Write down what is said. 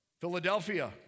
Philadelphia